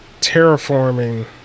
terraforming